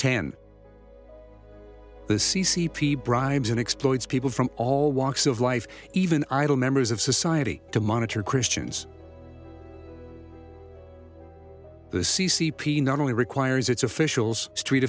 ten the c c p bribes and exploits people from all walks of life even idle members of society to monitor christians the c c p not only requires its officials street